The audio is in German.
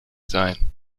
sein